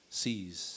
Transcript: sees